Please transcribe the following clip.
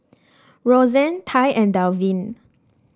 Rosann Tai and Delvin